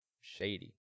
Shady